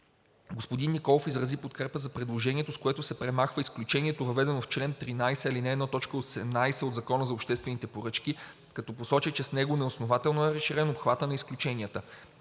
Господин Николов изрази подкрепа за предложението, с което се премахва изключението, въведено в чл. 13, ал. 1, т. 18 от Закона за обществените поръчки, като посочи, че с него неоснователно е разширен обхватът на изключенията.